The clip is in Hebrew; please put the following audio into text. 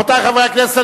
רבותי חברי הכנסת,